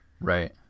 Right